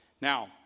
Now